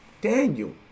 Daniel